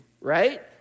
right